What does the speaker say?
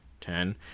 ten